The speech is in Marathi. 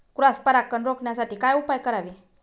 क्रॉस परागकण रोखण्यासाठी काय उपाय करावे?